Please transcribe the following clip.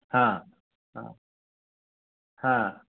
आम् आम्